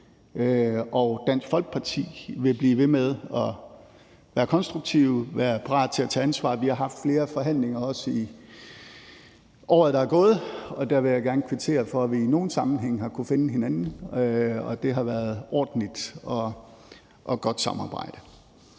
Dansk Folkeparti vil blive ved med at være konstruktive og være parate til at tage ansvar. Vi har også haft flere forhandlinger i året, der er gået, og der vil jeg gerne kvittere for, at vi i nogle sammenhænge har kunnet finde hinanden, og at det har været et ordentligt og godt samarbejde.